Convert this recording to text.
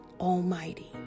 Almighty